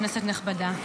כנסת כבדה,